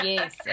Yes